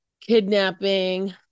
kidnapping